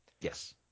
Yes